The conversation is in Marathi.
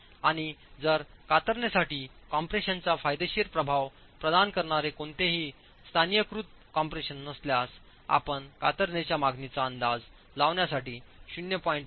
आणि जर कातरणेसाठी कॉम्प्रेशनचा फायदेशीर प्रभाव प्रदान करणारे कोणतेही स्थानीयकृत कॉम्प्रेशन नसल्यास आपण कतरणेच्या मागणीचा अंदाज लावण्यासाठी 0